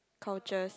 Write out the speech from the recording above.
cultures